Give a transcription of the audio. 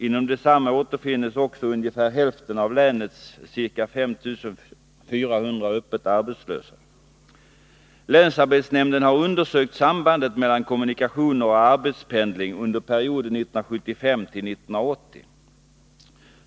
Inom detsamma återfinnes också ungefär hälften av länets ca 5 400 öppet arbetslösa. Länsarbetsnämnden har undersökt sambandet mellan kommunikationer och arbetspendling under perioden 1975-1980.